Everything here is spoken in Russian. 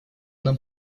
нам